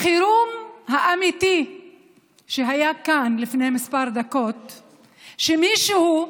החירום האמיתי שהיה כאן לפני כמה דקות הוא שמישהו,